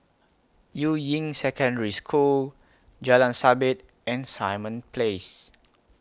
Yuying Secondary School Jalan Sabit and Simon Place